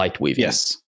Yes